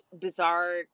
bizarre